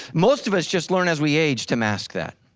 most of us just learn as we age to mask that.